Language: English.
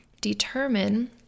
determine